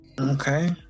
Okay